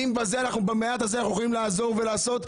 ואם במעט הזה אנחנו יכולים לעזור ולעשות,